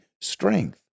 strength